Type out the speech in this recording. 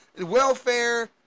welfare